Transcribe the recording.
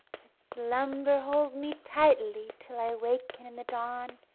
but slumber hold me tightly till i waken in the dawn,